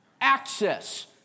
access